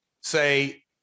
say